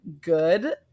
good